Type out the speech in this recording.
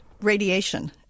radiation